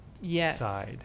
Yes